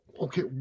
okay